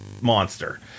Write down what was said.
monster